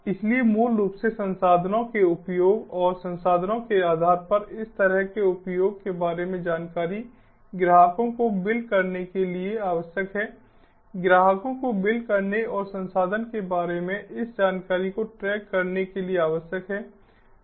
इसलिए मूल रूप से संसाधनों के उपयोग और संसाधनों के आधार पर इस तरह के उपयोग के बारे में जानकारी ग्राहकों को बिल करने के लिए आवश्यक है ग्राहकों को बिल करने और संसाधन के बारे में इस जानकारी को ट्रैक करने के लिए आवश्यक है